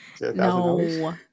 No